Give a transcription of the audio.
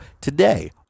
today